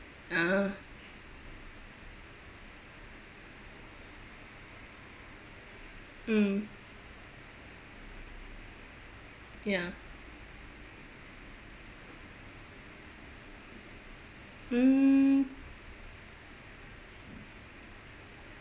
ah mm ya mm